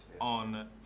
On